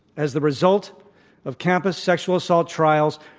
as the result of campus sexual assault trials,